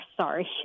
Sorry